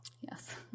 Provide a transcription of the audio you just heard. yes